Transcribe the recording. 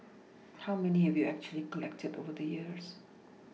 how many have you actually collected over the years